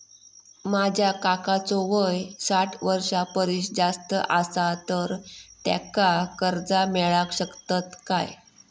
माझ्या काकांचो वय साठ वर्षां परिस जास्त आसा तर त्यांका कर्जा मेळाक शकतय काय?